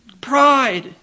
Pride